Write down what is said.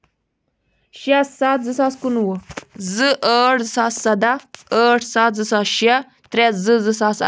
شےٚ سَتھ زٕ ساس کُنوُہ زٕ ٲٹھ زٕ ساس سَداہ ٲٹھ سَتھ زٕ ساس شےٚ ترٛےٚ زٕ زٕ ساس